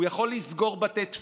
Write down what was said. הוא יכול לסגור בתי תפילה,